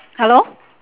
hello